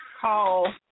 call